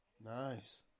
nice